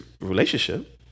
relationship